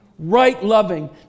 Right-loving